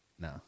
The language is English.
No